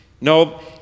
No